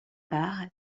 bar